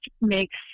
makes